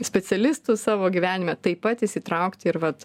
specialistus savo gyvenime taip pat įsitraukti ir vat